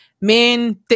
Men